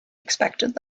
expected